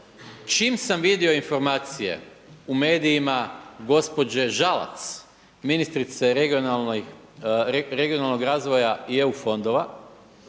čim sam vidio informacije u medijima gospođe Žalac, ministrice regionalnog razvoja i EU fondova